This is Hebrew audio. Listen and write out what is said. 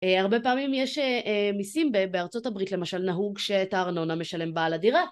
הרבה פעמים יש מיסים בארצות הברית, למשל נהוג שאת הארנונה משלם בעל הדירה.